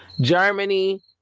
Germany